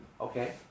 okay